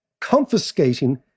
confiscating